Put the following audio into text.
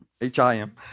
H-I-M